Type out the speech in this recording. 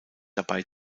dabei